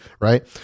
right